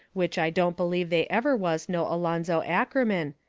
which i don't believe they ever was no alonzo ackerman,